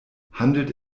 handelt